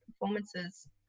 performances